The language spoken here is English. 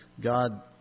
God